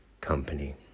company